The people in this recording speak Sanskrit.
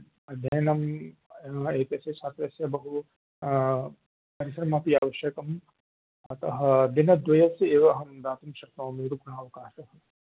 अध्ययनं एतस्य छात्रस्य बहु परिश्रमापि आवश्यकं अतः दिनद्वयस्य एव अहं दातुं शक्नोमि रुग्णावकाशः